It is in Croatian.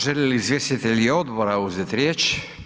Žele li izvjestitelji odbora uzeti riječ?